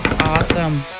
Awesome